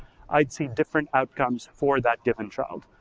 i'd see different outcomes for that given child.